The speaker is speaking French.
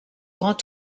grand